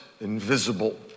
invisible